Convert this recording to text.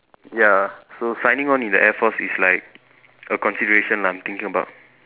ya so signing on in the air force is like a consideration lah I'm thinking about